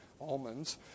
almonds